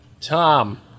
Tom